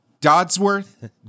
Dodsworth